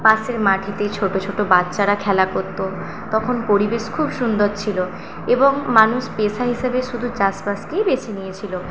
পাশের মাঠেতে ছোটো ছোটো বাচ্চারা খেলা করতো তখন পরিবেশ খুব সুন্দর ছিল এবং মানুষ পেশা হিসাবে শুধু চাষবাসকেই বেছে নিয়েছিল